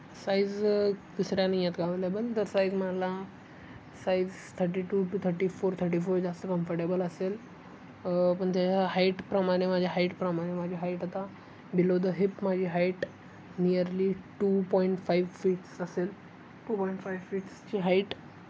size दुसऱ्या नाही आहेत का अव्हेलेबल तर साईज मला size thirty two two thirty four thirty four जास्त कम्फर्टेबल असेल पण त्या हाईटप्रमाणे माझ्या हाईटप्रमाणे माझी हाईट आता बिलो द हिप माझी height nearly two point five feets असेल टू पॉईंट फाईव्ह फीट्सची हाईट